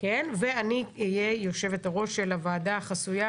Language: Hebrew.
ואני אהיה יושבת הראש של הוועדה החסויה